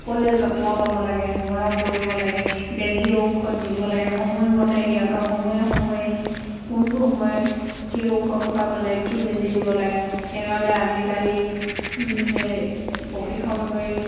সকলোৱে যত্ন ল'ব লাগে মৰম কৰিব লাগে বেজী ঔষধ দিব লাগে সময়মতে সিহঁতৰ সময়ে সময়ে কোনটো সময়ত কি ঔষধ খোৱাব লাগে কি বেজী দিব লাগে সেইকাৰণে আজিকালি প্ৰশিক্ষণ লৈ